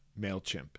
MailChimp